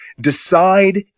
decide